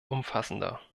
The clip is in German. umfassender